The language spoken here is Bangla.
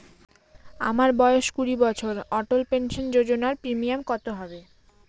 আমার বয়স কুড়ি বছর অটল পেনসন যোজনার প্রিমিয়াম কত হবে?